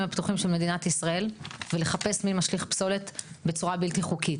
הפתוחים של מדינת ישראל ולחפש מי משליך פסולת בצורה בלתי חוקית,